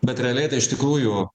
bet realiai tai iš tikrųjų